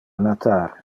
natar